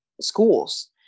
schools